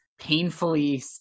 painfully